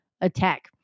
attack